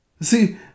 See